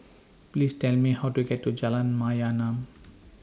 Please Tell Me How to get to Jalan Mayaanam